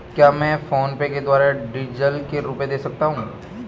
क्या मैं फोनपे के द्वारा डीज़ल के रुपए दे सकता हूं?